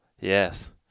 Yes